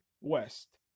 west